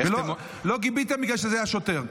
לא גיביתם בגלל שזה היה שוטר,